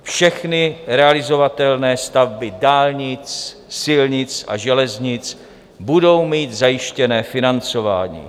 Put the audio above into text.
Všechny realizovatelné stavby dálnic, silnic a železnic budou mít zajištěné financování.